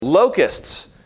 Locusts